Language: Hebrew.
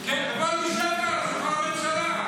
בוא, תשב כאן בשולחן הממשלה.